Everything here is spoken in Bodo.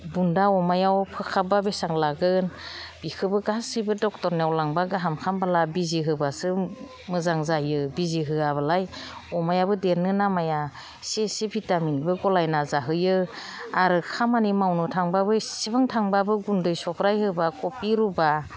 बुन्दा अमायाव फाखाबबा बेसेबां लागोन बेखौबो गासैबो डक्ट'रनियाव लांबा गाहाम खालामबोला बिजि होबासो मोजां जायो बिजि होयाबालाय अमायाबो देरनो नामाया इसे इसे भिटामिनबो गलायना जाहोयो आरो खामानि मावनो थांबाबो एसेबां थांबाबो गुन्दै सक्राय होबा कबि रुबा